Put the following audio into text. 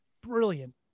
Brilliant